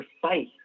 precise